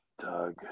Doug